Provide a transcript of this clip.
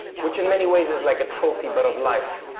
which in many ways is like a trophy but of life.